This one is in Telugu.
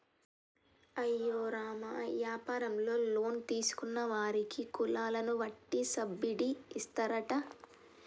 అయ్యో రామ యాపారంలో లోన్ తీసుకున్న వారికి కులాలను వట్టి సబ్బిడి ఇస్తారట